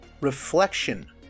reflection